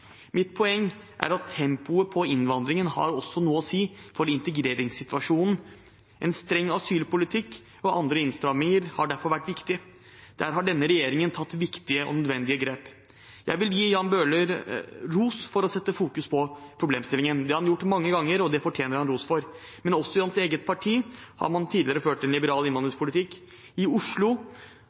Mitt poeng er at tempoet på innvandringen også har noe å si for integreringssituasjonen. En streng asylpolitikk og andre innstramminger har derfor vært viktig. Der har denne regjeringen tatt viktige og nødvendige grep. Jeg vil gi Jan Bøhler ros for å sette fokus på problemstillingen. Det har han gjort mange ganger, og det fortjener han ros for. Men også i hans eget parti har man tidligere ført en liberal innvandringspolitikk. I Oslo,